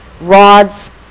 rods